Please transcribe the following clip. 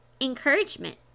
encouragement